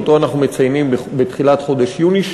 שאותו אנחנו מציינים בתחילת חודש יוני,